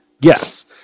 Yes